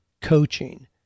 coaching